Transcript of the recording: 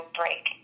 break